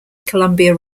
columbia